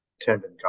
tendon